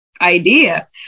idea